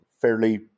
fairly